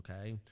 okay